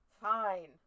Fine